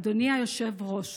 אדוני היושב-ראש,